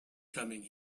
coming